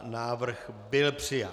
Návrh byl přijat.